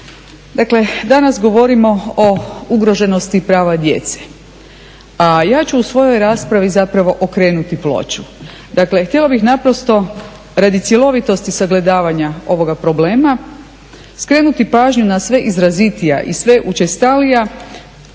Dakle, danas govorimo o ugroženosti prava djece, a ja ću u svojoj raspravi okrenuti ploču, dakle htjela bih naprosto radi cjelovitosti sagledavanja ovoga problema skrenuti pažnju na sve izrazitija i sve učestalija